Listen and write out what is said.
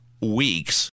weeks